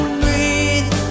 breathe